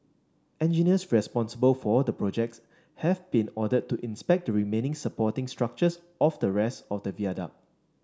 engineers responsible for the project have been ordered to inspect the remaining supporting structures of the rest of the viaduct